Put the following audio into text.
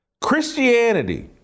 Christianity